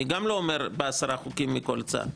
אני גם לא אומר עשרה חוקים מכל צד.